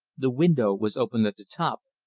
the window was open at the top,